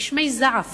גשמי זעף